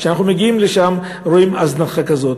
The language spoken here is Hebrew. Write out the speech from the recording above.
וכשאנחנו מגיעים לשם רואים הזנחה כזאת.